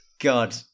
God